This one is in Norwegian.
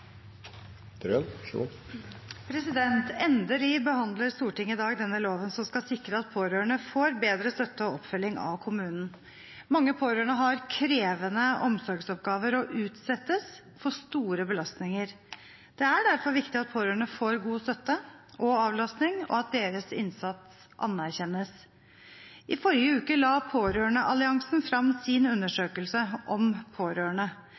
behandler Stortinget i dag denne loven som skal sikre at pårørende får bedre støtte og oppfølging av kommunen. Mange pårørende har krevende omsorgsoppgaver og utsettes for store belastninger. Det er derfor viktig at pårørende får god støtte og avlastning, og at deres innsats anerkjennes. I forrige uke la Pårørendealliansen frem sin undersøkelse om pårørende,